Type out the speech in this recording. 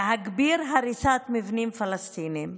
להגביר הריסת מבנים פלסטיניים,